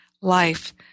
life